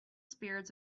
spirits